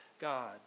God